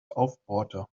aufbohrte